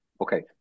okay